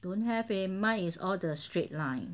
don't have eh mine is all the straight line